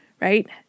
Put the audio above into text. right